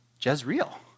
Jezreel